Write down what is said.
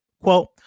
Quote